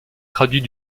traduit